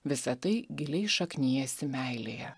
visa tai giliai šaknijasi meilėje